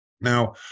Now